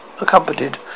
accompanied